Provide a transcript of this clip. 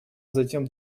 затем